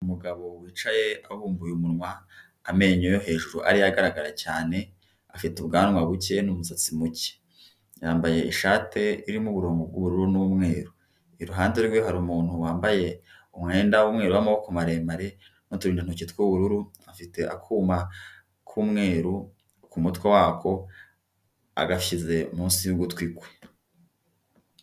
Umugabo wicaye abumbuye umunwa amenyo yo hejuru ariyo agaragara cyane, afite ubwanwa buke n'umusatsi muke. Yambaye ishati irimo uburongo bw'ubururu n'umweru, iruhande rwe hari umuntu wambaye umwenda w'umweru wa maboko maremare n'uturindantoki tw'ubururu, afite akuma k'umweru ku mutwe wako agashyize munsi y'ugutwi kwe.